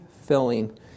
filling